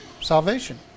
Salvation